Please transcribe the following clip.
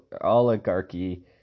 oligarchy